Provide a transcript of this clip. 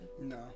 No